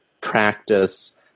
practice